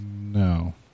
No